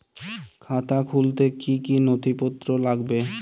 খাতা খুলতে কি কি নথিপত্র লাগবে?